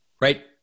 Right